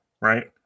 right